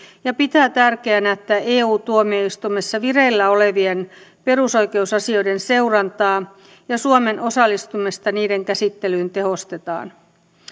ja pitää tärkeänä että eu tuomioistuimessa vireillä olevien perusoikeusasioiden seurantaa ja suomen osallistumista niiden käsittelyyn tehostetaan